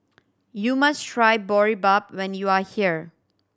you must try Boribap when you are here